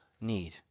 need